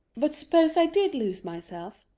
but suppose i did lose myself,